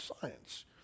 science